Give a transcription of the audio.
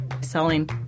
selling